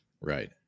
Right